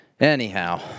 anyhow